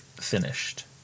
finished